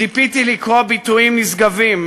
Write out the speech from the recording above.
ציפיתי לקרוא ביטויים נשגבים,